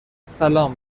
سلام